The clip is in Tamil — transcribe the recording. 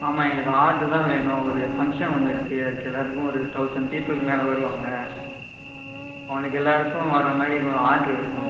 ஆமாம் எங்களுக்கு ஆட்ரு தான் வேணும் ஒரு ஃபங்க்ஷன் ஒன்று இருக்குது அதுக்கு எல்லாருக்கும் ஒரு தௌசண்ட் பீப்புல்க்கு மேலே வருவாங்கள் அவங்களுக்கு எல்லாருக்கும் வர்றமாதிரி ஆட்ரு வேணும்